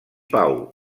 pau